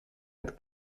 met